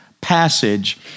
passage